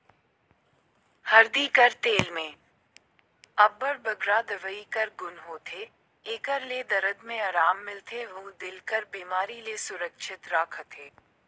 हरदी कर तेल में अब्बड़ बगरा दवई कर गुन होथे, एकर ले दरद में अराम मिलथे अउ दिल कर बेमारी ले सुरक्छित राखथे